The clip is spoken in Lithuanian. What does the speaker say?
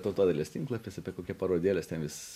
tautodailės tinklapis apie kokią parodėlės ten vis